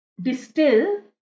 distill